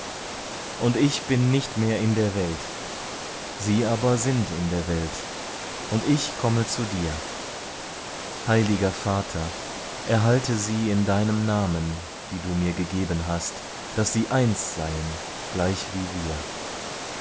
und ich bin nicht mehr in der welt sie aber sind in der welt und ich komme zu dir heiliger vater erhalte sie in deinem namen die du mir gegeben hast daß sie eins seien gleichwie wir